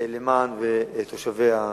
למען תושבי היישוב.